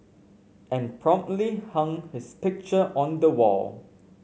and promptly hung his picture on the wall